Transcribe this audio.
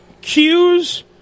cues